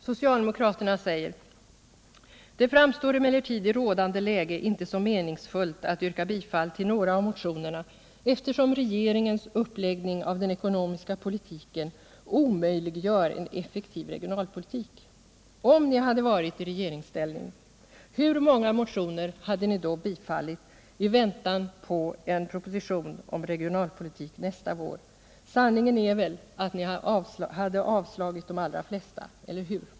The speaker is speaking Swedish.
Socialdemokraterna säger: ”Det framstår emellertid i rådande läge inte som meningsfullt att yrka bifall till några av motionerna eftersom regeringens uppläggning av den ekonomiska politiken omöjliggör en effektiv regionalpolitik.” Om ni hade varit i regeringsställning, hur många motioner hade ni då bifallit i väntan på en proposition om regionalpolitiken nästa vår? Sanningen är väl att ni hade avslagit de allra flesta, eller hur?